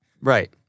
Right